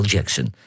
Jackson